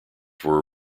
were